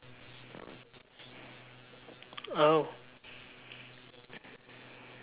oh